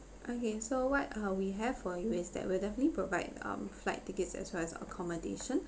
okay so what are we have for you is that we'll definitely provide um flight tickets as well as accommodation